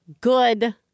good